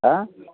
आयँ